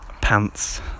pants